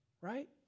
Right